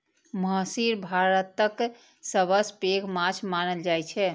महसीर भारतक सबसं पैघ माछ मानल जाइ छै